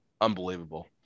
Unbelievable